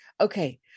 Okay